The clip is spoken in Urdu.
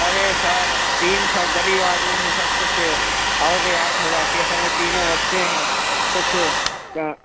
ارے سر تین سو غریب آدمی ہوں سر کچھ اور رعایت ہو جاتی اصل میں تینوں بچے ہیں کچھ کا